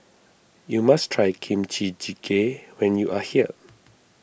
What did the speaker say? you must try Kimchi Jjigae when you are here